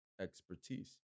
expertise